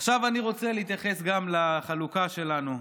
עכשיו אני רוצה להתייחס גם לחלוקה שלנו.